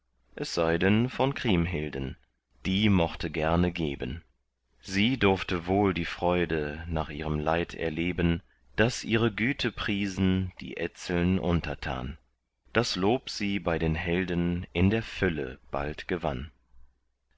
es sei denn von kriemhilden die mochte gerne geben sie durfte wohl die freude nach ihrem leid erleben daß ihre güte priesen die etzeln untertan das lob sie bei den helden in der fülle bald gewann